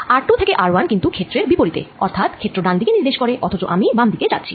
r2 থেকে r1 কিন্তু ক্ষেত্রের বিপরীতে অর্থাৎ ক্ষেত্র ডান দিকে নির্দেশ করে অথচ আমি বাম দিকে যাচ্ছি